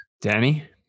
Danny